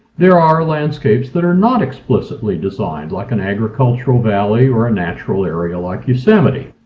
there are landscapes that are not explicitly designed like an agricultural valley or a natural area like yosemite.